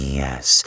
yes